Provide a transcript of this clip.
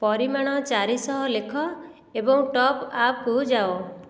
ପରିମାଣ ଚାରି ଶହ ଲେଖ ଏବଂ ଟପ ଆପକୁ ଯାଅ